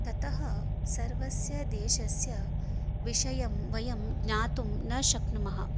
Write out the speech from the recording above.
ततः सर्वस्य देशस्य विषयं वयं ज्ञातुं न शक्नुमः